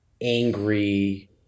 angry